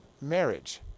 marriage